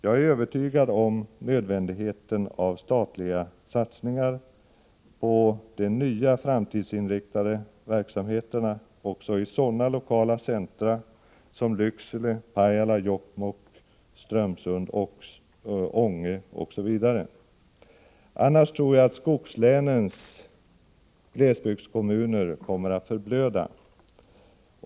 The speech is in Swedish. Jag är övertygad om nödvändigheten av statliga satsningar på de nya framtidsinriktade verksamheterna också i sådana lokala centra som Lycksele, Pajala, Jokkmokk, Strömsund, Ånge osv. Annars tror jag att skogslänens glesbygdskommuner kommer att förblöda.